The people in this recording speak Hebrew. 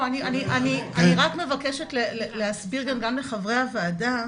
אני רק מבקשת להסביר גם לחברי הוועדה